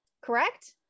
correct